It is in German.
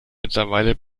mittlerweile